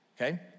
okay